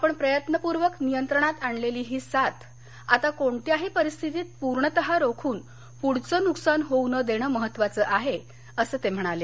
आपण प्रयत्नपूर्वक नियंत्रणात आणलेली ही साथ आता कोणत्याही परिस्थितीत पूर्णत रोखून प्ढचं नुकसान होऊ न देणच महत्त्वाचं आहे असं ते म्हणाले